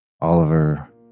Oliver